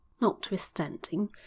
notwithstanding